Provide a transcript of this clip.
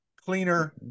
cleaner